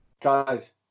Guys